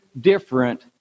different